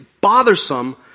bothersome